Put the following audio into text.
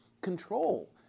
control